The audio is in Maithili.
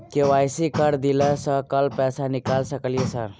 के.वाई.सी कर दलियै सर कल पैसा निकाल सकलियै सर?